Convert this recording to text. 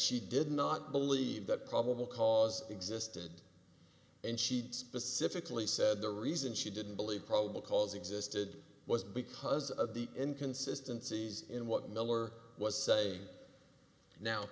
she did not believe that probable cause existed and she specifically said the reason she didn't believe probable cause existed was because of the inconsistency in what miller was saying now